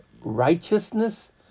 righteousness